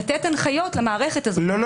לתת הנחיות למערכת הזאת --- לא,